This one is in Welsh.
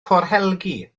corhelgi